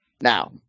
Now